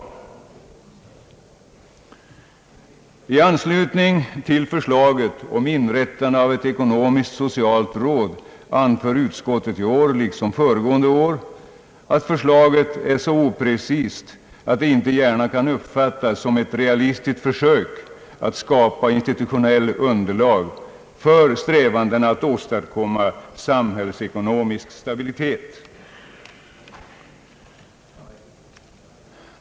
I anslutning till förslaget om inrättande av ett ekonomiskt-socialt råd anför utskottet i år liksom föregående år, att förslaget är så oprecist att det inte gärna kan uppfattas som ett realistiskt försök att skapa institutionellt underlag för strävandena att åstadkomma samhällsekonomisk stabilitet.